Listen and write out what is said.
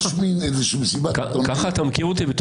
יש מין --- ככה אתה מכיר אותי,